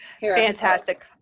Fantastic